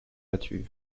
battue